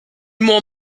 more